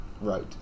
Right